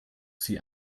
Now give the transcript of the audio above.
sie